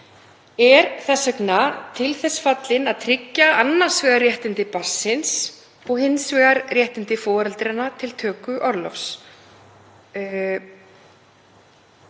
er þess vegna til þess fallinn að tryggja annars vegar réttindi barnsins og hins vegar réttindi foreldranna til töku orlofs.